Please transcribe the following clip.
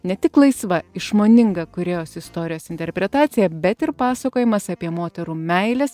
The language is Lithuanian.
ne tik laisva išmoninga kūrėjos istorijos interpretacija bet ir pasakojimas apie moterų meilės